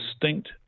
distinct